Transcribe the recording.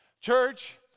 Church